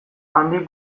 handik